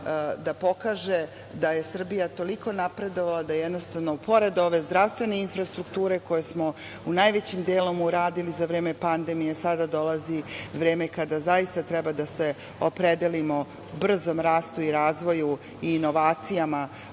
da pokaže da je Srbija toliko napredovala da jednostavno pored ove zdravstvene infrastrukture, koju smo najvećim delom uradili za vreme pandemije sada dolazi vreme kada zaista treba da se opredelimo brzom rastu i razvoju i inovacijama